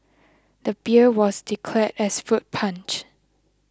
the beer was declared as fruit punch